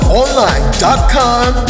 online.com